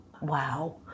Wow